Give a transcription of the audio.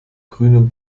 grünem